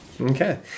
Okay